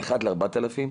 1:4,000